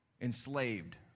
Enslaved